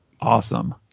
Awesome